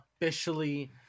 officially